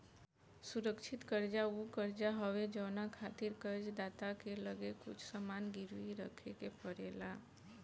सुरक्षित कर्जा उ कर्जा हवे जवना खातिर कर्ज दाता के लगे कुछ सामान गिरवी रखे के पड़ेला